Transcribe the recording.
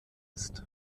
ist